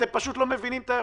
אתם פשוט לא מבינים את האירוע.